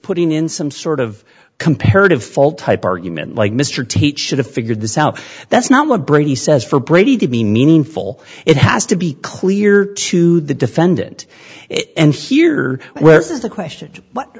putting in some sort of comparative fault type argument like mr tate should have figured this out that's not what brady says for brady to be meaningful it has to be clear to the defendant it and here where is the question what